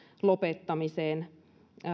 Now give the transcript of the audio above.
lopettamiseen